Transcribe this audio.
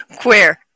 Queer